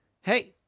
hey